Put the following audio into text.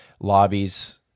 lobbies